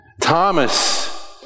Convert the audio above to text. Thomas